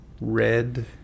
red